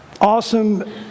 awesome